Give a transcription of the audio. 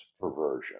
perversion